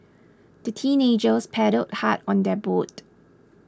the teenagers paddled hard on their boat